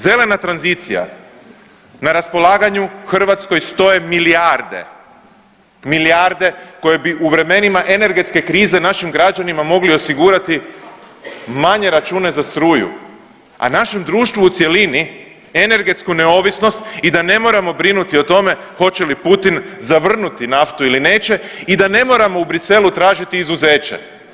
Zelena tranzicija na raspolaganju Hrvatskoj stoje milijarde, milijarde koje bi u vremenima energetske krize našim građanima mogli osigurati manje račune za struju, a našem društvu u cjelini energetsku neovisnost i da ne moramo brinuti o tome hoće li Putin zavrnuti naftu ili neće i da ne moramo u Bruxellesu tražiti izuzeće.